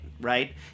right